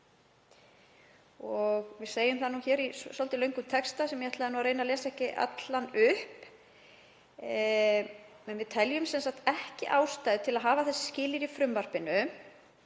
Við segjum það hér í svolítið löngum texta sem ég ætlaði að reyna að lesa ekki allan upp. En við teljum sem sagt ekki ástæðu til að hafa þessi skilyrði í frumvarpinu.